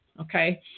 okay